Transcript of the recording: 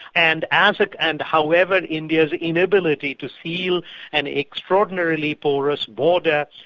and as it, and however india's inability to feel an extraordinarily porous border,